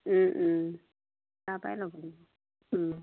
তাৰ পৰাই ল'ব লাগিব